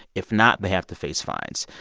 if not, they have to face fines.